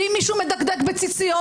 ואם מישהו מדקדק בציציות,